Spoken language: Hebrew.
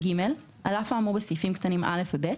(ג)על אף האמור בסעיפים קטנים (א) ו-(ב),